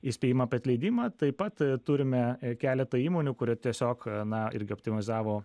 įspėjimą apie atleidimą taip pat turime keletą įmonių kurie tiesiog na irgi optimizavo